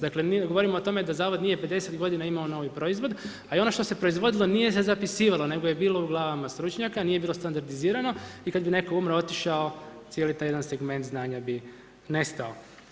Dakle govorim o tome da zavod nije 50 godina imao novi proizvod, a i ono što se proizvodilo nije se zapisivalo, nego je bilo u glavama stručnjaka, nije bilo standardizirano i kad bi netko umro otišao cijeli taj jedan segment znanja bi nestao.